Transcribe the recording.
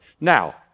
Now